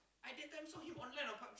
I that time saw him online on~